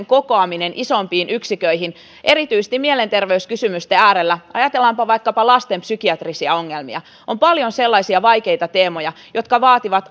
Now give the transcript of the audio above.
kokoaminen isompiin yksiköihin erityisesti mielenterveyskysymysten äärellä ajatellaanpa vaikkapa lasten psykiatrisia ongelmia on paljon sellaisia vaikeita teemoja jotka vaativat